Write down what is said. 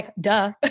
duh